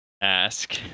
ask